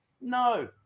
No